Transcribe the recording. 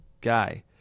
guy